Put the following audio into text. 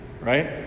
right